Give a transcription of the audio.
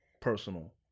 personal